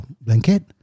blanket